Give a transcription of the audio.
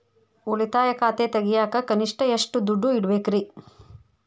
ಉಳಿತಾಯ ಖಾತೆ ತೆಗಿಯಾಕ ಕನಿಷ್ಟ ಎಷ್ಟು ದುಡ್ಡು ಇಡಬೇಕ್ರಿ?